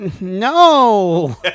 No